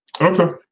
Okay